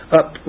up